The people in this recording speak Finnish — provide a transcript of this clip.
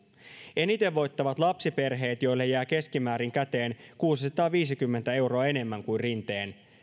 eniten voittavat lapsiperheet joille jää keskimäärin käteen kuusisataaviisikymmentä euroa enemmän kuin rinteen